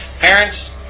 Parents